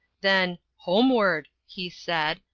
then homeward, he said,